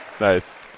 Nice